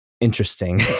interesting